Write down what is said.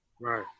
right